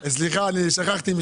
אני סיימתי.